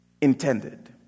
intended